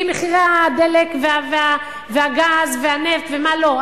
כי מחירי הדלק והגז והנפט ומה לא,